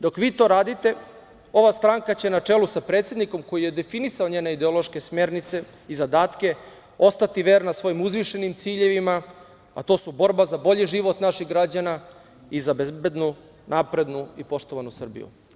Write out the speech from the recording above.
Dok vi to radite, ova stranka će na čelu sa predsednikom, koji je definisao njene ideološke smernice i zadatke, ostati verna svojim uzvišenim ciljevima, a to su borba za bolji život naših građana i za bezbednu, naprednu i poštovanu Srbiju.